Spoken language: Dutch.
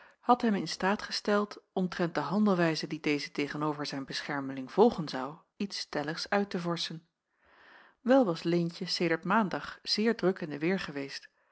had hem in staat gesteld omtrent de handelwijze die deze tegen-over zijn beschermeling volgen zou iets stelligs uit te vorschen wel was leentje sedert maandag zeer druk in de weer geweest